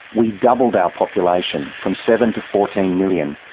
we doubled our population, from seven to fourteen million,